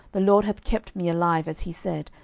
the lord hath kept me alive, as he said,